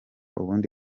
ubundi